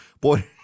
boy